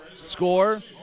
score